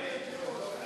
היה